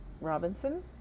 Robinson